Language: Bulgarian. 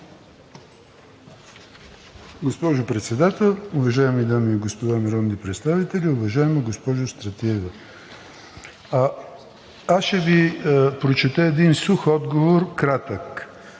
Госпожо Председател, уважаеми дами и господа народни представители! Уважаема госпожо Стратиева, аз ще Ви прочета един сух кратък